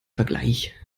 vergleich